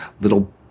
little